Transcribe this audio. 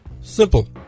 Simple